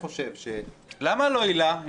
למה לא הילה?